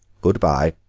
good-bye,